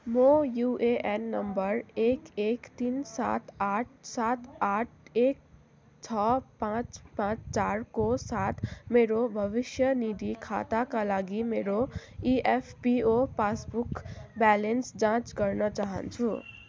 म U A N number एक एक तिन सात आठ सात आठ एक छ पाँच पाँच चारको साथ मेरो भविष्य निधि खाताका लागि मेरो E F P O passbook balance जाँच गर्न चाहन्छु